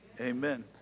Amen